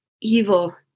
evil